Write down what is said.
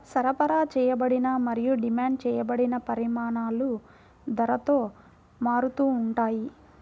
సరఫరా చేయబడిన మరియు డిమాండ్ చేయబడిన పరిమాణాలు ధరతో మారుతూ ఉంటాయి